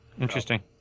Interesting